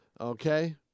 Okay